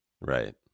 Right